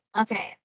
Okay